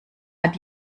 hat